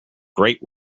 great